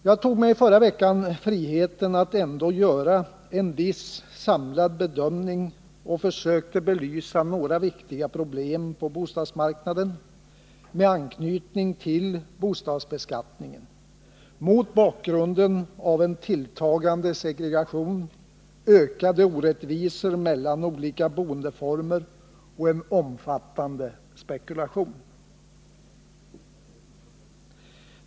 Jag tog mig i förra veckan friheten att ändå göra en viss samlad bedömning, och jag försökte belysa några viktiga problem på bostadsmarknaden med anknytning till bostadsbeskattningen, mot bakgrunden av en tilltagande segregation, ökade orättvisor mellan olika boendeformer och en omfattande spekulation.